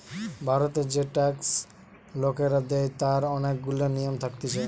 ভারতের যে ট্যাক্স লোকরা দেয় তার অনেক গুলা নিয়ম থাকতিছে